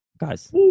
guys